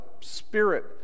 Spirit